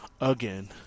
again